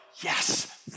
yes